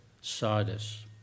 Sardis